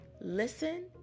listen